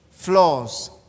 flaws